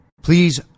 Please